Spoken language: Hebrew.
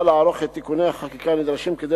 באה לערוך את תיקוני החקיקה הנדרשים כדי